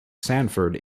sandford